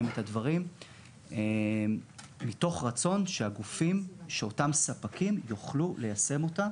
את הדברים מתוך רצון שאותם ספקים יוכלו ליישם אותה